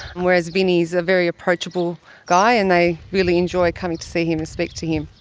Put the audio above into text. whereas vinny is a very approachable guy and they really enjoy coming to see him and speak to him.